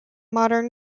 modern